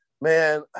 Man